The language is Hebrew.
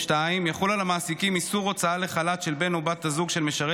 2. יחול על המעסיקים איסור הוצאה לחל"ת של בן או בת הזוג של משרת